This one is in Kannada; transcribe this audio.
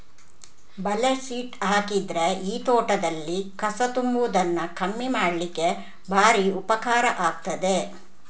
ಬಲೆ ಶೀಟ್ ಹಾಕಿದ್ರೆ ಈ ತೋಟದಲ್ಲಿ ಕಸ ತುಂಬುವುದನ್ನ ಕಮ್ಮಿ ಮಾಡ್ಲಿಕ್ಕೆ ಭಾರಿ ಉಪಕಾರ ಆಗ್ತದೆ